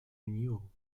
renewal